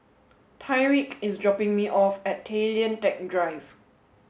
Tyriq is dropping me off at Tay Lian Teck Drive